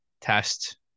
test